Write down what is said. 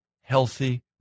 healthy